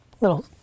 Little